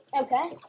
Okay